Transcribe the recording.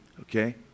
Okay